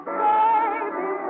baby